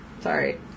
sorry